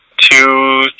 two